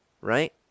right